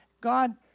God